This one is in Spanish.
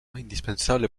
indispensable